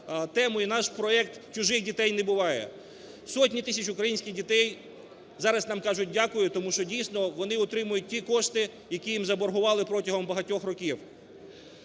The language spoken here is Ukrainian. і наш проект "Чужих дітей не буває". Сотні тисяч українських дітей зараз нам кажуть дякую, тому що дійсно вони отримують ті кошти, які їм заборгували протягом багатьох років.